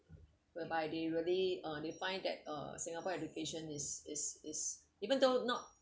whereby they really uh they find that uh singapore education is is is even though not